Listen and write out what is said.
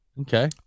Okay